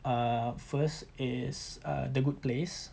err first is err the good place